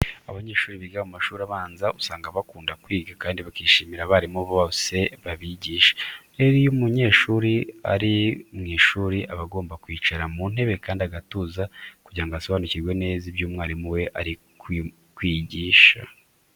Abanyeshuri biga mu mashuri abanza usanga bakunda kwiga kandi bakishimira abarimu bose babigisha. Rero iyo umunyeshuri ari mu ishuri aba agomba kwicara mu ntebe kandi agatuza kugira ngo asobanukirwe neza ibyo umwarimu we ari kwigishaho.